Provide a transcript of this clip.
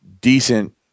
decent –